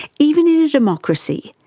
even in a democracy,